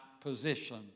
position